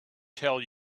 tell